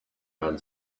man